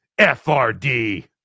FRD